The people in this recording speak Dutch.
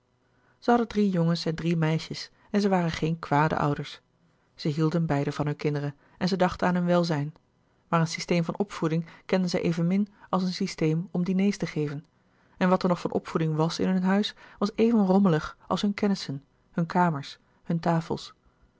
zij hadden drie jongens en drie meisjes en zij waren geen kwade ouders zij hielden beiden van hunne kinderen en zij dachten aan hun welzijn maar een systeem van opvoeding kenden zij evenmin als een systeem om diners te geven en wat er nog van opvoeding was in hun huis was even rommelig als hunne kennissen hunne kamers hunne tafels